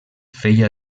feia